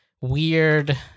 weird